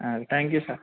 thank you sir